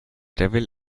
devil